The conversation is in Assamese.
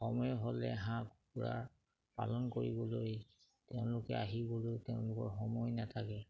সময় হ'লে হাঁহ কুকুৰা পালন কৰিবলৈ তেওঁলোকে আহিবলৈ তেওঁলোকৰ সময় নাথাকে